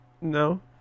No